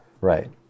right